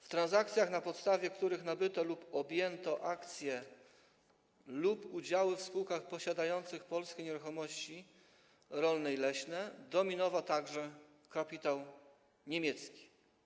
W transakcjach, na podstawie których nabyto lub objęto akcje lub udziały w spółkach posiadających polskie nieruchomości rolne i leśne, dominował także kapitał niemiecki.